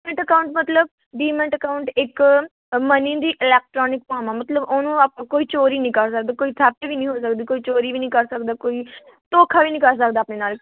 demat account ਮਤਲਬ demat account ਇੱਕ ਅ ਮਨੀ ਦੀ ਇਲੈਕਟ੍ਰਾਨਿਕ ਫੋਮ ਆ ਮਤਲਬ ਉਹਨੂੰ ਆਪਾਂ ਕੋਈ ਚੋਰੀ ਨਹੀਂ ਕਰ ਸਕਦਾ ਕੋਈ ਠਾਕੀ ਵੀ ਨਹੀਂ ਹੋ ਸਕਦੀ ਕੋਈ ਚੋਰੀ ਵੀ ਨਹੀਂ ਕਰ ਸਕਦਾ ਕੋਈ ਧੋਖਾ ਵੀ ਨਹੀਂ ਕਰ ਸਕਦਾ ਆਪਣੇ ਨਾਲ